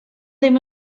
ddim